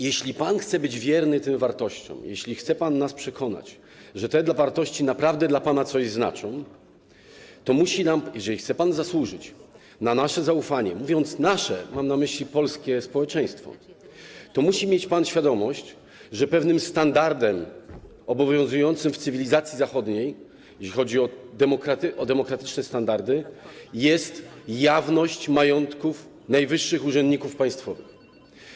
Jeśli pan chce być wierny tym wartościom, jeśli chce pan nas przekonać, że te wartości naprawdę dla pana coś znaczą, jeżeli chce pan zasłużyć na nasze zaufanie - mówiąc „nasze”, mam na myśli polskie społeczeństwo - to musi mieć pan świadomość, że pewnym standardem obowiązującym w cywilizacji zachodniej, normą, jeśli chodzi o demokratyczne standardy, jest jawność majątków najwyższych urzędników państwowych.